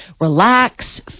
relax